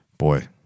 Boy